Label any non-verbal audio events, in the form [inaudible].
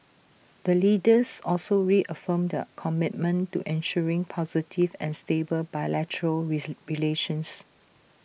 the leaders also reaffirmed their commitment to ensuring positive and stable bilateral [unintelligible] relations